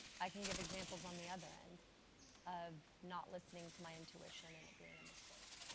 i can give examples on the other end of not listening to my intuition and it being a mistake,